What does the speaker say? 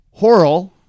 horrell